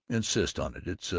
insist on it. it's, ah